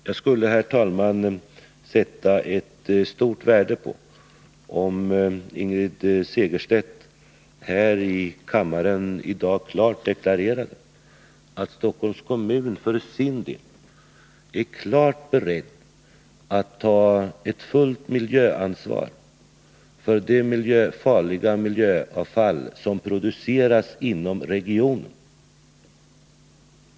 Jag skulle, herr talman, sätta stort värde på om Ingrid Segerström här i kammaren i dag klart deklarerade att Stockholms kommun för sin del är beredd att ta fullt ansvar för det farliga miljöavfall som produceras inom regionen.